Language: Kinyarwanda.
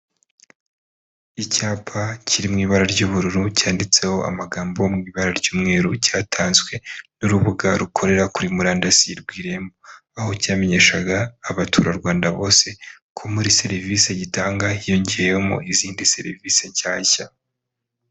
Icyapa kiri mu ibara ry'ubururu cyanditseho amagambo mu ibara ry'umweru cyatanzwe n'urubuga rukorera kuri murandasi rw'Irembo, aho cyamenyeshaga abaturarwanda bose ko muri serivisi gitanga hiyongeyemo izindi serivisi nshyashya.